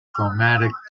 chromatic